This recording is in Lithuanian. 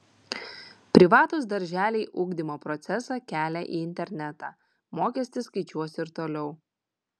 privatūs darželiai ugdymo procesą kelia į internetą mokestį skaičiuos ir toliau